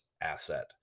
asset